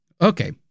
Okay